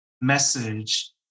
message